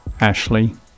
Ashley